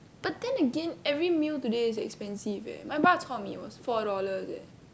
but then again every meal today is expensive eh my bak-chor-mee was four dollars eh